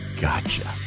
gotcha